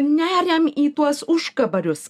neriam į tuos užkabarius